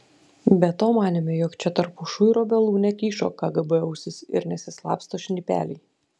be to manėme jog čia tarp pušų ir obelų nekyšo kgb ausys ir nesislapsto šnipeliai